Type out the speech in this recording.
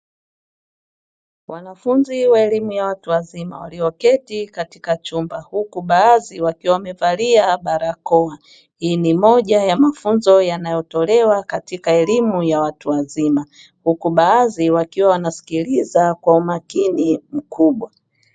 Wanafunzi waelimu ya watu wazima walioketi katika chumba huku baadhi wakiwa wamevalia barakoa, hii ni moja ya mafunzo yanayotolewa katika elimu ya watu wazima huku baadhi wakiwa wanasikiliza kwa umakini mkubwa.